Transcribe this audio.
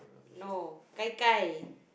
no Gai-Gai